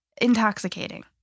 intoxicating